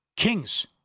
Kings